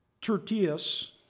Tertius